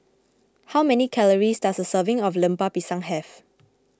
how many calories does a serving of Lemper Pisang have